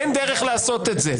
אין דרך לעשות את זה.